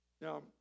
Now